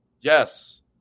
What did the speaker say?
Yes